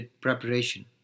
preparation